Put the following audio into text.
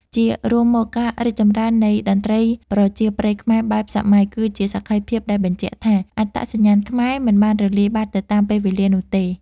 ជារួមមក ការរីកចម្រើននៃ តន្ត្រីប្រជាប្រិយខ្មែរបែបសម័យ គឺជាសក្ខីភាពដែលបញ្ជាក់ថា អត្តសញ្ញាណខ្មែរមិនបានរលាយបាត់ទៅតាមពេលវេលានោះទេ។